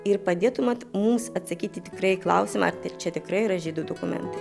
ir padėtumėt mums atsakyti tikrai į klausimą ar tai čia tikrai yra žydų dokumentai